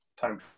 time